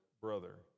brother